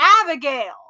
Abigail